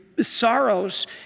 sorrows